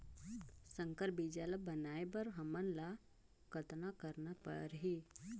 संकर बीजा ल बनाय बर हमन ल कतना करना परही?